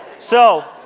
so,